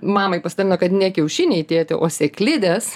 mamai pasidalino kad ne kiaušiniai tėti o sėklidės